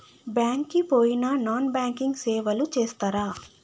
Bank కి పోయిన non banking సేవలు చేస్తరా?